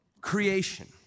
creation